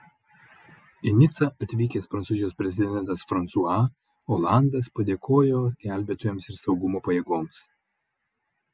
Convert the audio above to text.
į nicą atvykęs prancūzijos prezidentas fransua olandas padėkojo gelbėtojams ir saugumo pajėgoms